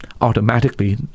automatically